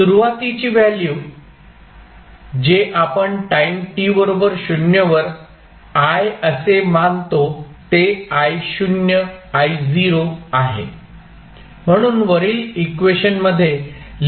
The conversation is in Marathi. सुरुवातीची व्हॅल्यू जे आपण टाईम t बरोबर 0 वर I असे मानतो ते I0 आहे